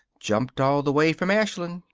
jumped all the way from ashland.